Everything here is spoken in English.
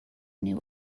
new